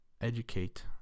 educate